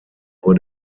nur